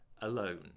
alone